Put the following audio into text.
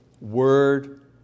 word